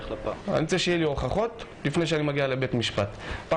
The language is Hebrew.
מגדירים את הבעיה אז בטח שאי אפשר לפתור אותה.